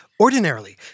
Ordinarily